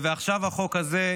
ועכשיו החוק הזה.